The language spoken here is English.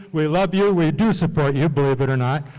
we love you, we do support you, believe it or not,